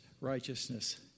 righteousness